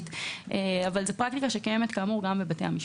זאת פרקטיקה שקיימת כאמור גם בבתי המשפט.